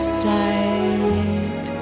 sight